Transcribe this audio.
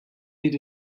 need